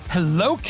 Hello